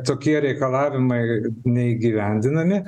tokie reikalavimai neįgyvendinami